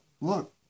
look